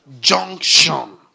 junction